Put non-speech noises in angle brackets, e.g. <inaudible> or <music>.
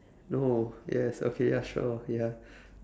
no yes okay ya sure ya <breath>